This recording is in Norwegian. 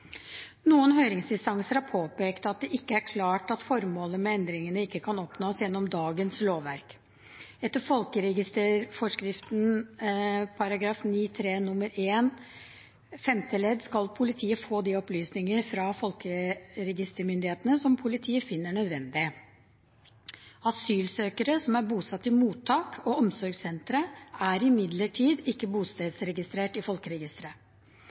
Noen høringsinstanser har påpekt at det ikke er klart at formålet med endringen ikke kan oppnås gjennom dagens lovverk. Etter folkeregisterforskriftens § 9-3 nr. 1 femte ledd skal politiet få de opplysninger fra folkeregistermyndighetene som politiet finner nødvendig. Asylsøkere som er bosatt i mottak og omsorgssentre, er imidlertid ikke bostedsregistrert i folkeregisteret.